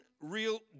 real